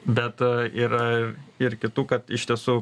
bet yra ir kitų kad iš tiesų